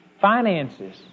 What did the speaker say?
Finances